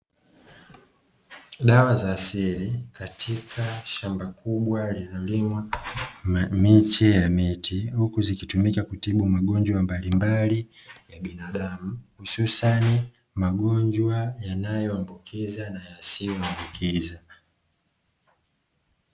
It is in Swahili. Dawa za asili katika shamba kubwa linalimwa miche ya miti. Huku zikitumika kutibu magonjwa mbalimbali ya binadamu hususani magonjwa yanayoambukiza na yasiyoambukiza.